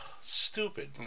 Stupid